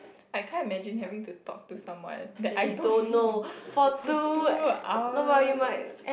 I can't imagine having to talk to someone that I don't know for two hours